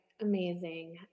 amazing